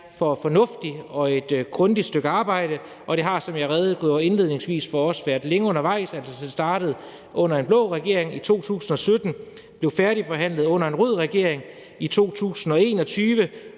for et fornuftigt og grundigt stykke arbejde. Det har, som jeg redegjorde for indledningsvis, også været længe undervejs. Altså, det startede under en blå regering i 2017, blev færdigforhandlet under en rød regering i 2021,